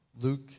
Luke